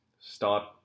start